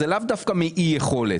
זה לאו דווקא מאי יכולת.